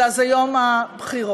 אלא זה יום הבחירות.